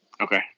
Okay